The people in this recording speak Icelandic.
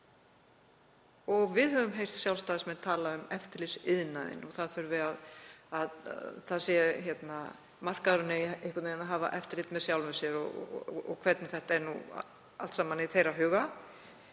Við höfum heyrt Sjálfstæðismenn tala um eftirlitsiðnaðinn og að markaðurinn eigi einhvern veginn að hafa eftirlit með sjálfum sér og hvernig þetta er allt saman í þeirra huga.